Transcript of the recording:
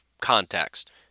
context